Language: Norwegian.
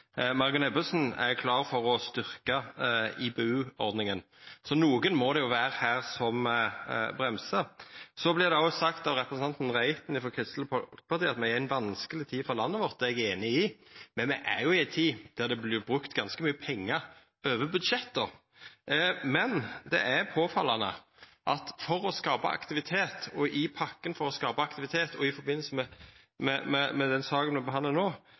er klar for å styrkja IBU-ordninga. Så einkvan må det vera som bremsar. Det vert òg sagt av representanten Reiten frå Kristeleg Folkeparti at me er i ei vanskeleg tid for landet vårt. Det er eg einig i, men me er i ei tid der det vert brukt ganske mykje pengar over budsjetta. Det er påfallande at i pakken for å skapa aktivitet og i samband med den saka me behandlar no, vel ein altså ikkje å prioritera jordbruket. Det er klart at det å